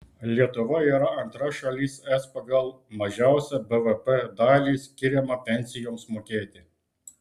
lietuva yra antra šalis es pagal mažiausią bvp dalį skiriamą pensijoms mokėti